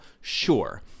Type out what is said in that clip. Sure